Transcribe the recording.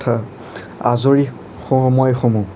তথা আজৰি সময়সমূহ